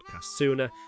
sooner